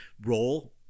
role